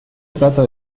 trata